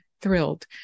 thrilled